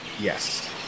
Yes